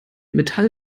metall